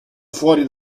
fuori